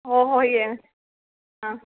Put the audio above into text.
ꯑꯣ ꯍꯣ ꯍꯣꯏ ꯌꯦꯡꯉꯁꯦ ꯑꯥ